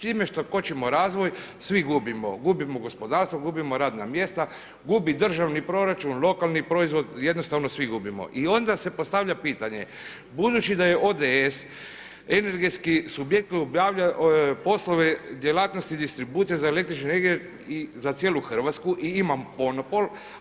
Time što kočimo razvoj, svi gubimo, gubimo gospodarstvo, gubimo radna mjesta, gubi državni proračun, lokalni proizvod, jednostavno svi gubimo i onda se postavlja pitanje, budući da je ODS energetski subjekt obavlja poslove djelatnosti distribucije električne energije za cijelu RH i imam monopol.